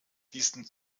diesen